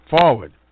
forward